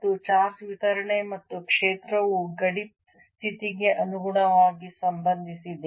ಮತ್ತು ಚಾರ್ಜ್ ವಿತರಣೆ ಮತ್ತು ಕ್ಷೇತ್ರವು ಗಡಿ ಸ್ಥಿತಿಗೆ ಅನುಗುಣವಾಗಿ ಸಂಬಂಧಿಸಿದೆ